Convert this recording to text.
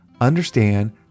understand